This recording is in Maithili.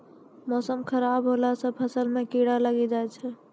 मौसम खराब हौला से फ़सल मे कीड़ा लागी जाय छै?